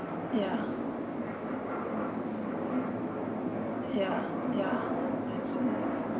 yeah yeah yeah yes yes